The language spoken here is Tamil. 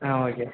ஆ ஓகே